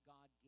God